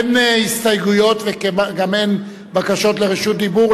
אין הסתייגויות וגם אין בקשות לרשות דיבור.